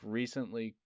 recently